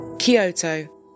Kyoto